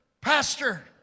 pastor